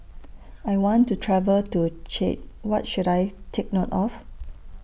I want to travel to Chad What should I Take note of